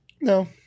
no